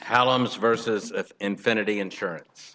how long is versus infinity insurance